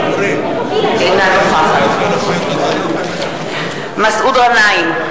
אינה נוכחת מסעוד גנאים,